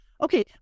Okay